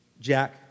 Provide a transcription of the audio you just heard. Jack